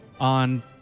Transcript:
on